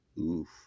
Oof